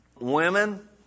women